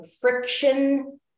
friction